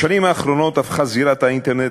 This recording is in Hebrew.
בשנים האחרונות הפכה זירת האינטרנט